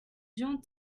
jean